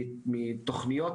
יותר מזה,